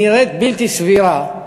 נראית בלתי סבירה.